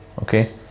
okay